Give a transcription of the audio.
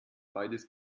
beides